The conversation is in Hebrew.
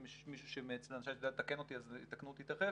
אם יש מישהו מאצלנו שיודע לתקן אותי אז יתקנו אותי תיכף,